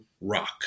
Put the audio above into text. rock